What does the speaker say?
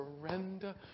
Surrender